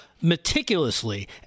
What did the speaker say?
meticulously